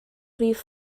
rhif